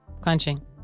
Clenching